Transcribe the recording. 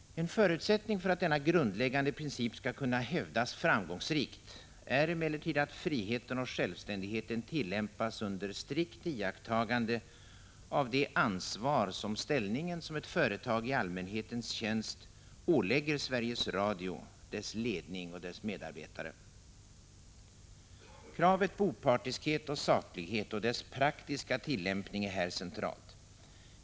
En förutsättning för att denna grundläggande princip skall kunna hävdas framgångsrikt är emellertid att friheten och självständigheten tillämpas under strikt iakttagande av det ansvar som ställningen som ett företag i allmänhetens tjänst ålägger Sveriges Radio, dess ledning och dess medarbetare. Kravet på opartiskhet och saklighet och dess praktiska tillämpning är här centralt.